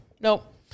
Nope